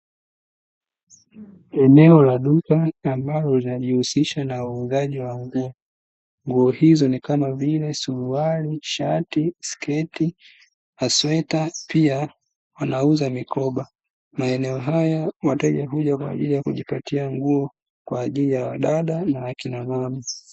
Eneo la duka ambalo linajihusisha na uuzaji wa nguo. Nguo hizo ni kama vile: suruali, shati, sketi, masweta, pia wanauza mikoba. Maeneo haya wateja huja kwa ajili ya kujipatia nguo kwa ajili ya wadada na wakina mama.